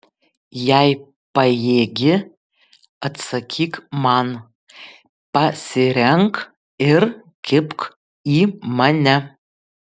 jei pajėgi atsakyk man pasirenk ir kibk į mane